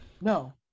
No